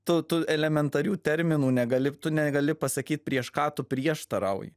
tu tu elementarių terminų negali tu negali pasakyt prieš ką tu prieštarauji